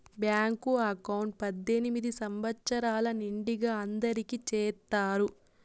bank account పద్దెనిమిది సంవచ్చరాలు నిండిన అందరికి చేత్తారు